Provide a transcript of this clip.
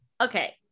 Okay